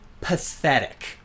pathetic